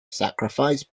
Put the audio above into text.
sacrifice